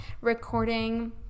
recording